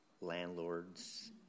landlords